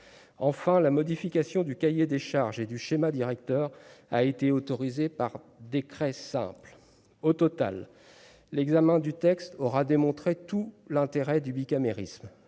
enfin la modification du cahier des charges et du schéma directeur a été autorisé par décret simple au total, l'examen du texte aura démontré tout l'intérêt du bicamérisme,